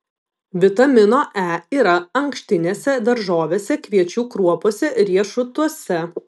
vitamino e yra ankštinėse daržovėse kviečių kruopose riešutuose